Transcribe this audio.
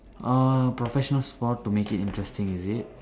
orh professional sport to make it interesting is it